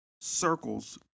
circles